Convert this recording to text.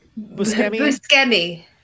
Buscemi